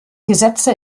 gesetze